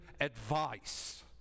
advice